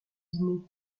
dîner